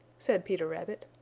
said peter rabbit.